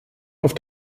auf